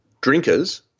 drinkers